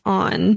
on